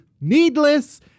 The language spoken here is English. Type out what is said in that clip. needless